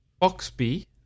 Foxby